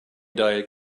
diet